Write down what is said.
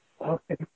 okay